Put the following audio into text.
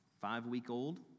five-week-old